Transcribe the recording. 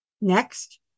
Next